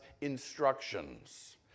instructions